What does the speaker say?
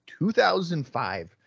2005